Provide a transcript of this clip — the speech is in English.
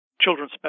Children's